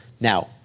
Now